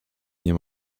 nie